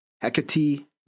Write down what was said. Hecate